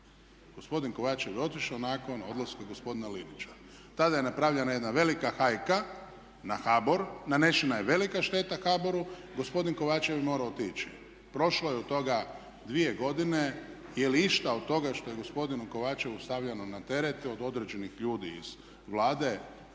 Gospodin Kovačev je otišao nakon odlaska gospodina Linića. Tada je napravljena jedna velika hajka na HBOR, nanesena je velika šteta HBOR-u. Gospodin Kovače je morao otići. Prošlo je od toga 2 godine, je li išta od toga što je gospodinu Kovačevu stavljeno na teret od određenih ljudi iz Vlade